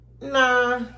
nah